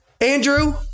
Andrew